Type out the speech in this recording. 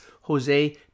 Jose